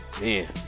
man